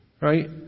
Right